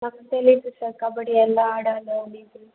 నాకు తెలియదు సార్ కబడ్డీ ఎలా ఆడాలో డిటైల్స్